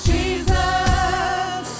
Jesus